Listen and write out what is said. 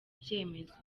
ibyemezo